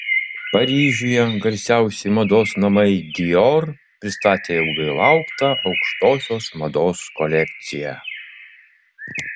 paryžiuje garsiausi mados namai dior pristatė ilgai lauktą aukštosios mados kolekciją